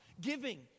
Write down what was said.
giving